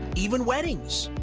even weddings.